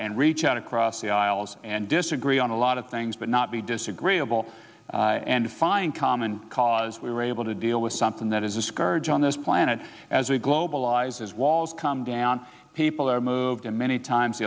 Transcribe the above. and reach out across the aisles and disagree on a lot of things but not be disagreeable and find common cause we're able to deal with something that is a scourge on this planet as we globalize as walls come down people are moved in many times